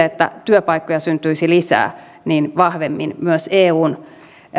että työpaikkoja syntyisi lisää vahvemmin myös eun